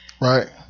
Right